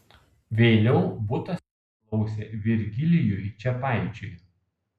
vėliau butas priklausė virgilijui čepaičiui